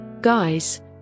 Guys